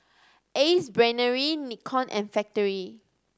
Ace Brainery Nikon and Factorie